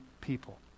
people